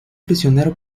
prisionero